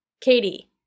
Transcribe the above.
Katie